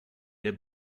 der